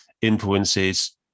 influences